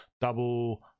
Double